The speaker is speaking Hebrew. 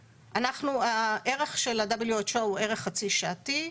הערך של ה-WHO ערך חצי שעתי,